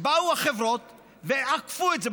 באו החברות ועקפו את זה.